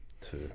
two